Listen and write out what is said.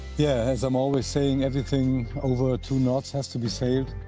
yeah, as um always saying, everything over two knots has to be sailed.